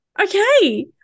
okay